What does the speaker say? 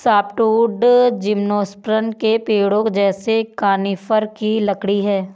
softwood gymnosperm के पेड़ों जैसे कॉनिफ़र की लकड़ी है